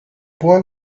boy